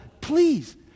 please